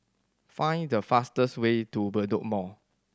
find the fastest way to Bedok Mall